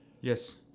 Yes